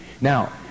Now